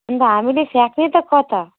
अनि त हामीले फ्याँक्ने त कता